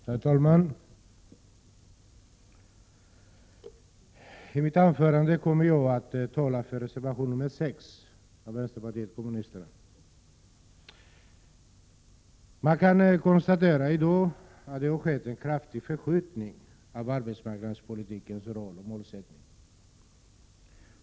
Herr talman! I mitt anförande kommer jag att tala för reservation 6 av vänsterpartiet kommunisterna. Man kan i dag konstatera att det har skett en kraftig förskjutning av arbetsmarknadspolitikens roll och målsättning.